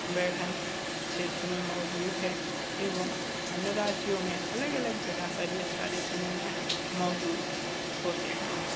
बैठन क्षेत्र में मौजूद है एवं अन्य राज्यों में अलग अलग जगह पर यह सारे सिनेमा मौजूद होते हैं